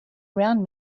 around